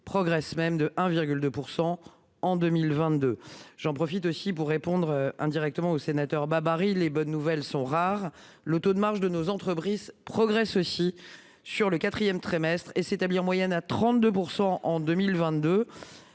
progresse même de 1,2% en 2022. J'en profite aussi pour répondre indirectement aux sénateurs Babary les bonnes nouvelles sont rares. Le taux de marge de nos entreprises progresse aussi sur le 4ème trimestre et s'établit en moyenne à 32% en 2022.